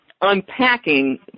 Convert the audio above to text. unpacking